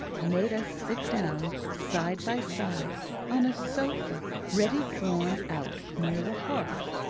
made us sit down side by side on a sofa ready drawn out near the hearth.